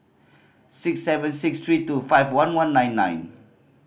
six seven six three two five one one nine nine